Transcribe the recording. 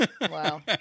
Wow